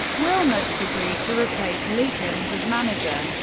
wilmots agreed to replace leekens as manager.